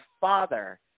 father